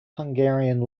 hungarian